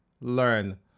learn